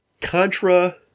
Contra